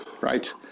Right